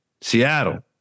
Seattle